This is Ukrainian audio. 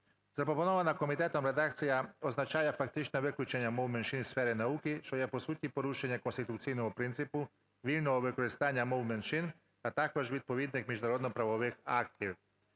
Запропонована комітетом редакція означає фактично виключення мов менш із сфери науки, що є по суті порушення конституційного принципу вільного використання мов меншин, а також відповідних міжнародно-правових актів.